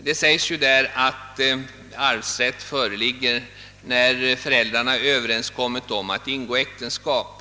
Där sägs att arvsrätt föreligger när föräldrarna överenskommit om att ingå äktenskap.